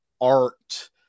art